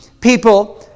people